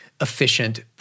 efficient